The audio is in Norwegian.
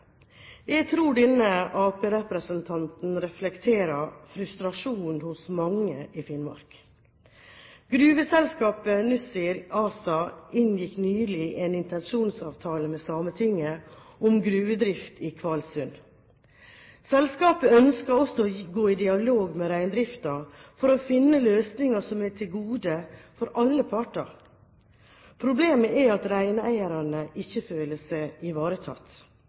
Jeg tror denne arbeiderpartirepresentanten reflekterer frustrasjonen hos mange i Finnmark. Gruveselskapet Nussir ASA inngikk nylig en intensjonsavtale med Sametinget om gruvedrift i Kvalsund. Selskapet ønsker også å gå i dialog med reindriften for å finne løsninger som er til gode for alle parter. Problemet er at reineierne ikke føler seg ivaretatt.